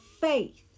faith